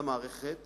למערכת